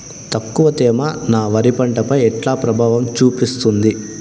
తక్కువ తేమ నా వరి పంట పై ఎట్లా ప్రభావం చూపిస్తుంది?